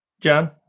john